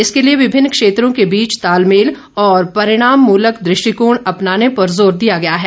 इसके लिए विभिन्न क्षेत्रों के बीच तालमेल और परिणाम मूलक दृष्टिकोण अपनाने पर जोर दिया गया है